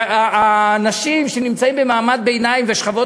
והאנשים שנמצאים במעמד ביניים ושכבות